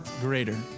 greater